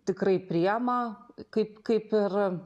tikrai priima kaip kaip ir